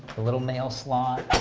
little mail slot,